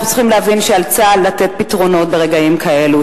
אנחנו צריכים להבין שעל צה"ל לתת פתרונות ברגעים כאלה.